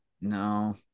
no